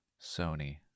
Sony